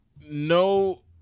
no